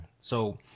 So-